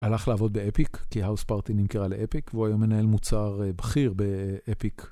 הלך לעבוד באפיק כי האוס פרטי נמכרה לאפיק והוא היום מנהל מוצר בכיר באפיק.